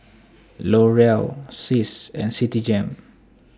L'Oreal Sis and Citigem